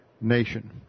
nation